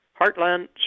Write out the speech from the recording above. heartland